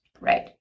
Right